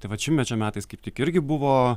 ta vat šimtmečio metais kaip tik irgi buvo